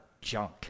junk